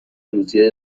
روسیه